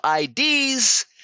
IDs